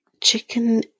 Chicken